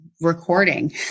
recording